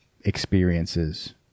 experiences